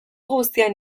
guztian